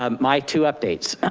um my two updates.